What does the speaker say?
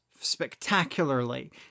spectacularly